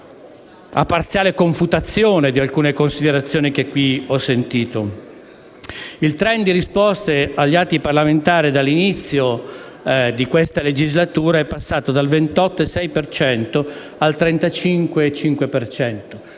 a parziale confutazione di alcune considerazioni che ho sentito qui svolgere. Il *trend* di risposta agli atti parlamentari dall'inizio di questa legislatura è passato dal 28,6 per